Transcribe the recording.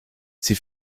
sie